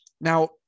Now